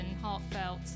heartfelt